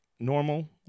normal